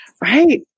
Right